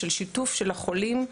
של שיתוף של החולים בוועדות,